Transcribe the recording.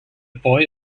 boy